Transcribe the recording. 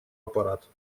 аппарат